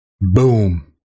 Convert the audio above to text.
Boom